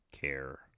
care